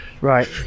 right